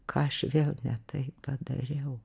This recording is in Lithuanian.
ką aš vėl ne taip padariau